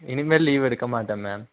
இனிமேல் லீவ் எடுக்க மாட்டேன் மேம்